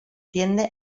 tiende